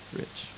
rich